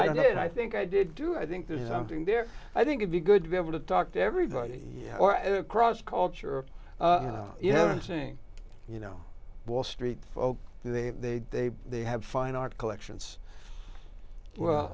i did i think i did do i think there's something there i think it be good to be able to talk to everybody or across culture or you know saying you know wall street they they they they have fine art collections well